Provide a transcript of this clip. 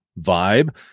vibe